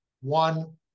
one